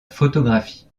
photographie